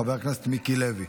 חבר הכנסת מיקי לוי.